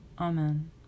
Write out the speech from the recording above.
amen